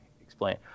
explain